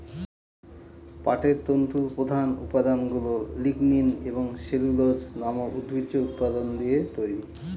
পাটের তন্তুর প্রধান উপাদানগুলা লিগনিন এবং সেলুলোজ নামক উদ্ভিজ্জ উপাদান দিয়ে তৈরি